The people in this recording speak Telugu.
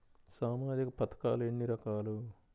సామాజిక పథకాలు ఎన్ని రకాలు?